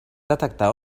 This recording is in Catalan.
detectar